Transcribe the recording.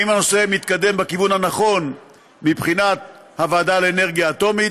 אם הנושא מתקדם בכיוון הנכון מבחינת הוועדה לאנרגיה אטומית.